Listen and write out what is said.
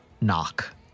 knock